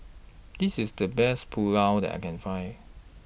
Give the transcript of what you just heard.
This IS The Best Pulao that I Can Find